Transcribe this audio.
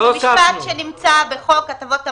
זה משפט שנמצא בחוק הטבות המס,